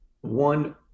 one